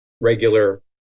regular